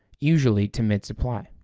usually to midsupply.